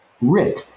Rick